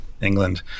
England